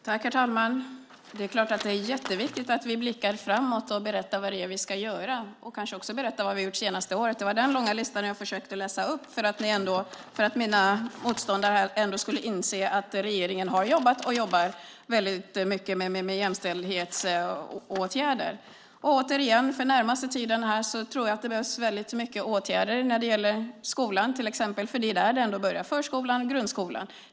Herr talman! Det är klart att det är jätteviktigt att vi blickar framåt och berättar vad vi ska göra - och kanske också att vi berättar vad vi har gjort det senaste året. Det var den långa listan jag försökte läsa upp för att mina meningsmotståndare ändå skulle inse att regeringen har jobbat och jobbar väldigt mycket med jämställdhetsåtgärder. Och återigen: För den närmaste tiden tror jag att det behövs väldigt mycket åtgärder, till exempel när det gäller skolan. Det är där det ändå börjar; förskolan och grundskolan.